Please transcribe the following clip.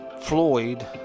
Floyd